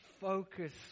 focus